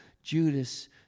Judas